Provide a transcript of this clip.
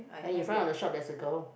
and in front of the shop there's a girl